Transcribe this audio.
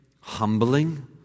humbling